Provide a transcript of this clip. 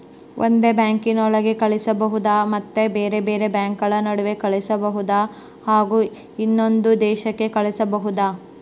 ಒಂದೇ ಬ್ಯಾಂಕಿನೊಳಗೆ ಕಳಿಸಬಹುದಾ ಮತ್ತು ಬೇರೆ ಬೇರೆ ಬ್ಯಾಂಕುಗಳ ನಡುವೆ ಕಳಿಸಬಹುದಾ ಹಾಗೂ ಇನ್ನೊಂದು ದೇಶಕ್ಕೆ ಕಳಿಸಬಹುದಾ?